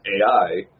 AI